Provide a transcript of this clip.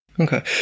Okay